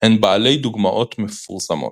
הן בעלי דוגמאות מפורסמות.